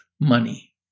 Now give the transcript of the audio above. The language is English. money